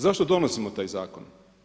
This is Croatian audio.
Zašto donosimo taj zakon?